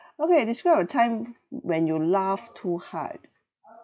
okay describe a time when you laughed too hard